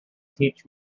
teach